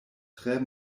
tre